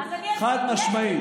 חד-משמעית.